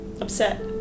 upset